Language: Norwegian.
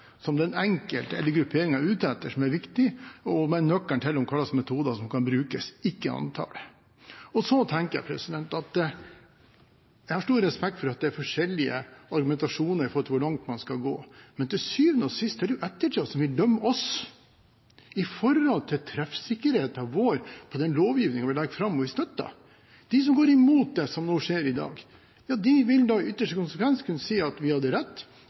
som den enkelte eller grupperingen er ute etter, som er viktig og som er nøkkelen til hvilke metoder som kan brukes – og ikke antallet. Jeg har stor respekt for at det er forskjellige argumentasjoner når det gjelder hvor langt man skal gå. Men til syvende og sist er det jo ettertiden som vil dømme oss ut fra treffsikkerheten vår på den lovgivningen vi legger fram, og som vi støtter. De som går imot det som nå skjer i dag, vil da i ytterste konsekvens kunne si at vi hadde rett.